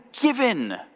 given